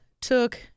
took